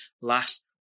last